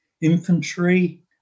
infantry